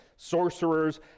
Sorcerers